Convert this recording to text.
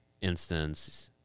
instance